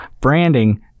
branding